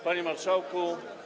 Panie Marszałku!